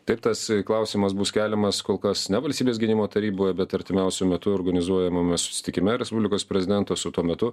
taip tas i klausimas bus keliamas kol kas ne valstybės gynimo taryboje bet artimiausiu metu organizuojamame mes susitikime respublikos prezidento su tuo metu